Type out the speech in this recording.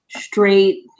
straight